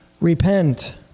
Repent